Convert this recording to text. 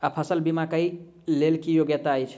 फसल बीमा केँ लेल की योग्यता अछि?